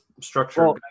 Structure